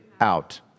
out